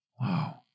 Wow